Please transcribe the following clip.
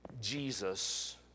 Jesus